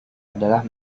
adalah